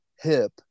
hip